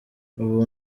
ubu